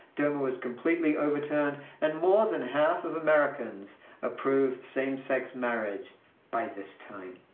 doma was completely overturned, and more than half of americans approved same-sex marriage by this time.